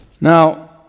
Now